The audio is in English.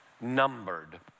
numbered